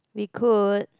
we could